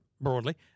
broadly